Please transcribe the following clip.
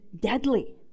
deadly